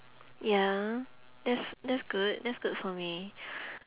ya that's that's good that's good for me